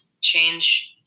change